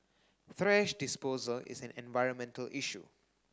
thrash disposal is an environmental issue